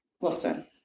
Listen